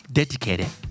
dedicated